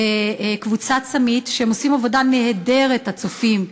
בקבוצת צמי"ד, והם עושים עבודה נהדרת, "הצופים",